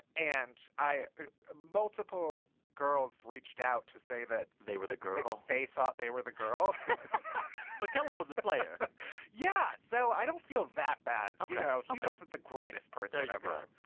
and i multiple girls reached out to say that. they were the girl. they thought they were the girl so kellan was a player yeah, so i don't feel that bad. you know, he wasn't the greatest person ever